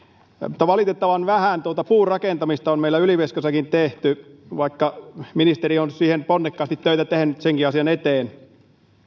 mutta valitettavan vähän puurakentamista on meillä ylivieskassakin tehty vaikka ministeri on ponnekkaasti töitä tehnyt senkin asian eteen